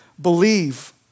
believe